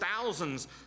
thousands